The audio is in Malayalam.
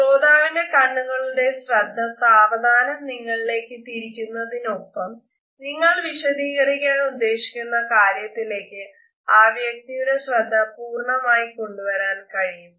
ശ്രോതാവിന്റെ കണ്ണുകളുടെ ശ്രദ്ധ സാവധാനം നിങ്ങളിലേക്ക് തിരിക്കുന്നതിനൊപ്പം നിങ്ങൾ വിശദീകരിക്കാൻ ഉദ്ദേശിക്കുന്ന കാര്യത്തിലേക്ക് ആ വ്യക്തിയുടെ ശ്രദ്ധ പൂർണമായി കൊണ്ടു വരാൻ കഴിയും